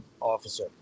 officer